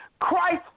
Christ